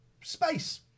space